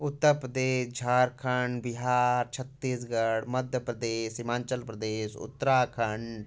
Uttar Pradesh Jharkhand Bihar Chhattisgarh Madhya Pradesh Himachal Pradesh Uttarakhand